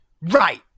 Right